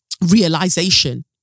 realization